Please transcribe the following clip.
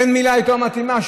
אין מילה יותר מתאימה,